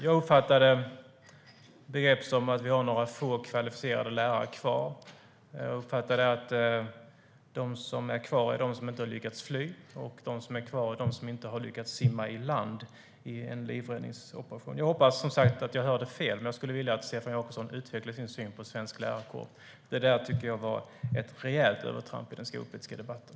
Jag uppfattade det som att han sa att vi har några få kvalificerade lärare kvar och att de som är kvar är de som inte har lyckats fly - de som inte har lyckats simma i land i en livräddningsoperation. Jag hoppas som sagt att jag hörde fel, men jag skulle vilja att Stefan Jakobsson utvecklade sin syn på svensk lärarkår. Det där tycker jag nämligen var ett rejält övertramp i den skolpolitiska debatten.